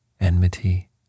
enmity